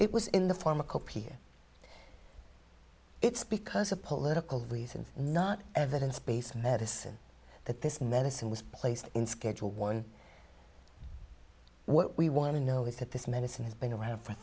it was in the form of copier it's because of political reasons not evidence based medicine that this medicine was placed in schedule one what we want to know is that this medicine has been around for